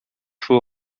шул